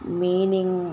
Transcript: meaning